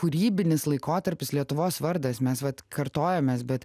kūrybinis laikotarpis lietuvos vardas mes vat kartojamės bet